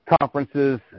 conferences